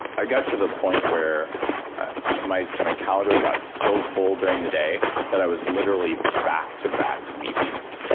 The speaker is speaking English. i got to the point where my my calendar got so full during the day that i was literally back-to-back meetings.